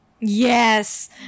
yes